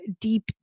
deep